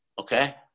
okay